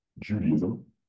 Judaism